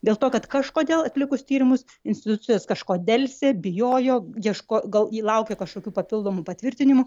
dėl to kad kažkodėl atlikus tyrimus institucijos kažko delsė bijojo ieško gal jie laukia kažkokių papildomų patvirtinimų